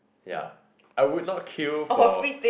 ya I would not queue for